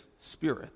spirit